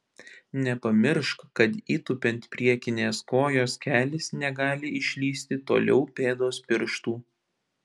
nepamiršk kad įtūpiant priekinės kojos kelis negali išlįsti toliau pėdos pirštų